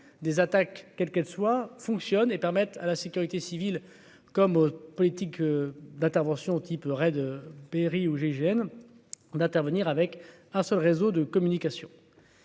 Des attaques, quelle qu'elle soit fonctionne et permet à la sécurité civile comme aux politique d'intervention type Red Berry ou gégène d'intervenir avec un seul réseau de communication.